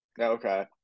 Okay